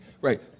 Right